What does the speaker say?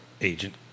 agent